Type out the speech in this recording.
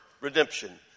redemption